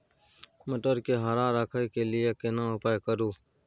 मटर के हरा रखय के लिए केना उपाय करू?